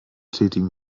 tätigen